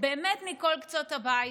באמת מכל קצות הבית,